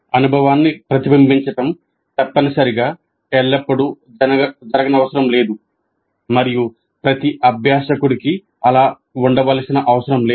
అనుభవాన్ని ప్రతిబింబించడం తప్పనిసరిగా ఎల్లప్పుడూ జరగనవసరం లేదు మరియు ప్రతి అభ్యాసకుడికి అలా ఉండవలసిన అవసరం లేదు